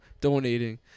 donating